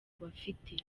bafite